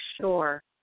sure